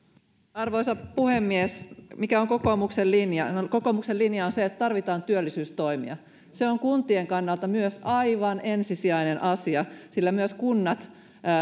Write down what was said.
arvoisa puhemies mikä on kokoomuksen linja no kokoomuksen linja on se että tarvitaan työllisyystoimia se on kuntien kannalta myös aivan ensisijainen asia sillä myös kunnat